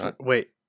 Wait